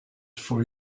for